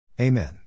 Amen